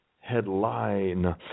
headline